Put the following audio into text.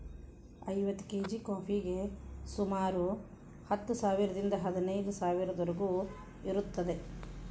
ಐವತ್ತು ಕೇಜಿ ಕಾಫಿಗೆ ಸುಮಾರು ಹತ್ತು ಸಾವಿರದಿಂದ ಹದಿನೈದು ಸಾವಿರದವರಿಗೂ ಇರುತ್ತದೆ